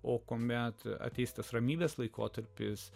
o kuomet ateis tas ramybės laikotarpis